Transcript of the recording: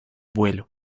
vuelo